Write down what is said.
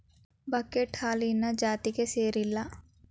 buckwheat ಹುಲ್ಲಿನ ಜಾತಿಗೆ ಸೇರಿಲ್ಲಾ